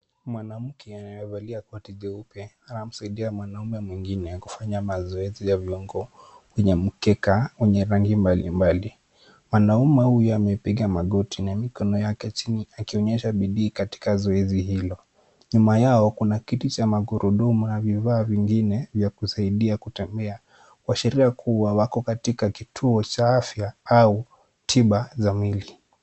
Mwanamke amevalia koti jeupe anamsaidia mwanamume mwingine kufanya mazoezi ya viungo kwenye mkeka wenye rangi mbalimbali, mwanamume huyu amepiga magoti na mikono yake chini akionyesha bidii katika zoezi hilo, nyuma yao kuna kiti cha magurudumu na vifaa vingine vya kusaidia kutembea, kuashiria kuwa wako katika kituo cha afya au tiba za mwili.